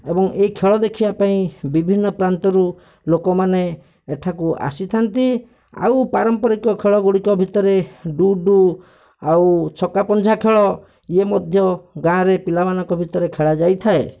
ଏବଂ ଏହି ଖେଳ ଦେଖିବା ପାଇଁ ବିଭିନ୍ନ ପ୍ରାନ୍ତରୁ ଲୋକମାନେ ଏଠାକୁ ଆସିଥାନ୍ତି ଆଉ ପାରମ୍ପରିକ ଖେଳଗୁଡ଼ିକ ଭିତରେ ଡୁଡ଼ୁ ଆଉ ଛକାପଞ୍ଝା ଖେଳ ଇଏ ମଧ୍ୟ ଗାଁରେ ପିଲାମାନଙ୍କ ଭିତରେ ଖେଳାଯାଇଥାଏ